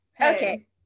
Okay